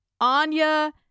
Anya